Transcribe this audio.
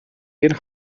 den